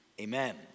Amen